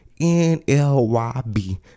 n-l-y-b